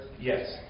Yes